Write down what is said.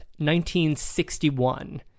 1961